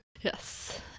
Yes